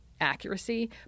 Accuracy